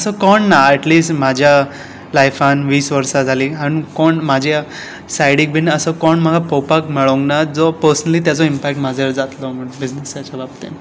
असो कोण ना एटलिस्ट म्हज्या लायफान वीस वर्सां जालीं आनी कोण म्हज्या सायडीक बी असो कोण म्हाका पळोवपाक मेळूंक ना जो पसनली ताचो इमपॅक्ट म्हजेर जातलो म्हणून बिजनेसाच्या बाबतीन